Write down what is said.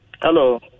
Hello